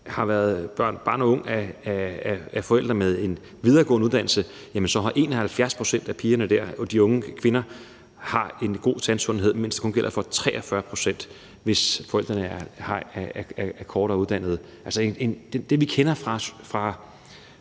man er barn og ung af forældre med en videregående uddannelse, har 71 pct. af de unge kvinder dér en god tandsundhed, mens det kun gælder for 43 pct., hvis forældrene har en kortere uddannelse. Den ulighed, vi kender fra